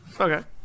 Okay